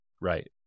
Right